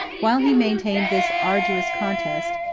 while he maintained this arduous contest,